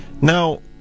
Now